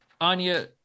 Anya